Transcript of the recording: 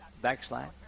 backslide